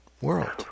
world